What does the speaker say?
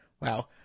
Wow